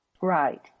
Right